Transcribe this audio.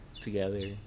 together